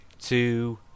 two